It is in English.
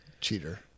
cheater